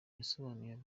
yasobanuriye